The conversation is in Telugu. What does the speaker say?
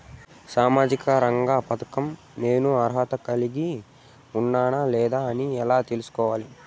సామాజిక రంగ పథకం నేను అర్హత కలిగి ఉన్నానా లేదా అని ఎలా తెల్సుకోవాలి?